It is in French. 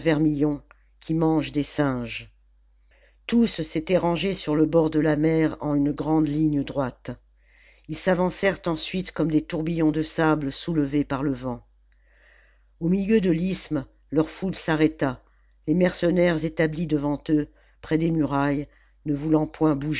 qui mangent des singes tous s'étaient rangés sur le bord de la mer en une grande liane droite ils s'avancèrent ensuite comme des tourbillons de sable soulevés par le vent au milieu de l'isthme leur foule s'arrêta les mercenaires établis devant eux près des murailles ne voulant point